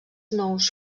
nous